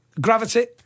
Gravity